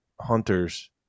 hunters